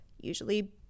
usually